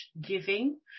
giving